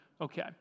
okay